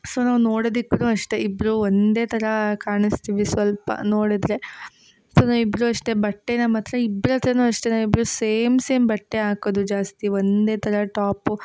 so ನಾವು ನೋಡೋದಕ್ಕೂ ಅಷ್ಟೇ ಇಬ್ಬರೂ ಒಂದೇ ಥರ ಕಾಣಿಸ್ತೀವಿ ಸ್ವಲ್ಪ ನೋಡಿದ್ರೆ ಸೊ ನಾವಿಬ್ರೂ ಅಷ್ಟೇ ಬಟ್ಟೆ ನಮ್ಮ ಹತ್ರ ಇಬ್ರ ಹತ್ರನು ಅಷ್ಟೇ ನಾವಿಬ್ರೂ ಸೇಮ್ ಸೇಮ್ ಬಟ್ಟೆ ಹಾಕೊದು ಜಾಸ್ತಿ ಒಂದೇ ಥರ ಟಾಪು